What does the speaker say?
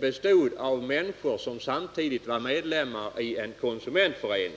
bestod av människor som samtidigt var medlemmar i en konsumentförening.